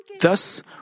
Thus